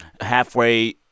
halfway